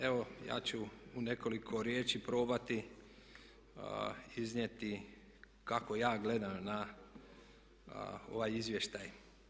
Evo ja ću u nekoliko riječi probati iznijeti kako ja gledam na ovaj izvještaj.